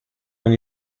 con